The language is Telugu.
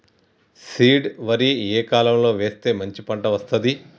సీడ్ వరి ఏ కాలం లో వేస్తే మంచి పంట వస్తది?